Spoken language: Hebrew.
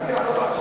כדי להרגיע,